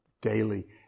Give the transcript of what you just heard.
daily